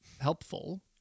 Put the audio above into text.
helpful